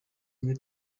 muri